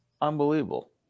unbelievable